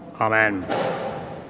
amen